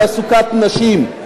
חיים ילין.